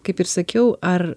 kaip ir sakiau ar